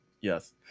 yes